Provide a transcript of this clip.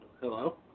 Hello